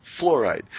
fluoride